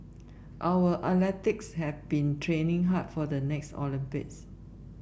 our athletes have been training hard for the next Olympics